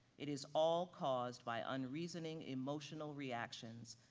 it is all caused by unreasoning emotional reactions,